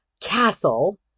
castle